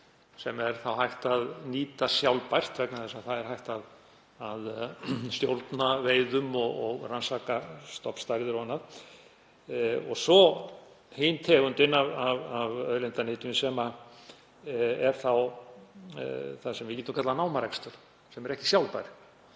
sem er þá hægt að nýta sjálfbært vegna þess að hægt er að stjórna veiðum og rannsaka stofnstærðir og annað, og hins vegar þá tegund af auðlindanytjum sem er þá það sem við getum kallað námarekstur, sem er ekki sjálfbær